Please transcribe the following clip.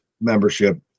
membership